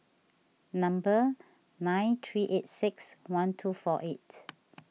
number nine three eight six one two four eight